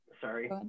sorry